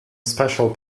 special